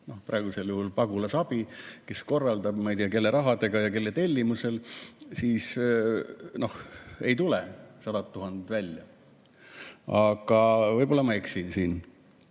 praegusel juhul Pagulasabi, kes seda korraldab – ma ei tea, kelle rahaga ja kelle tellimusel –, siis ei tule 100 000 välja. Aga võib-olla ma eksin siin.